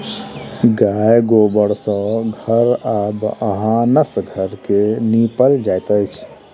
गाय गोबर सँ घर आ भानस घर के निपल जाइत अछि